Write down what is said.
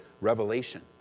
Revelation